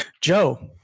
Joe